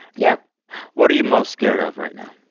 yep what are you most scared of right now?